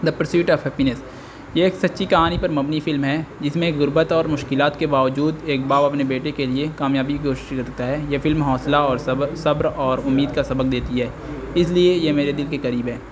the Pursuit of Happyness یہ ایک سچی کہانی پر مبنی فلم ہے جس میں ایک غربت اور مشکلات کے باوجود ایک باپ اپنے بیٹے کے لیے کامیابی کی کوشش کرتا ہے یہ فلم حوصلہ اور صبر اور امید کا سبق دیتی ہے اس لیے یہ میرے دل کے قریب ہے